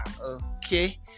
Okay